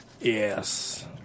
Yes